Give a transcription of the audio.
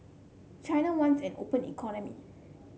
China wants an open economy